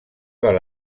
val